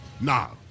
now